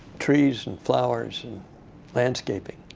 trees and flowers and landscaping,